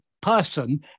person